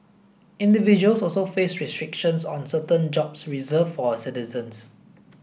individuals also face restrictions on certain jobs reserved for citizens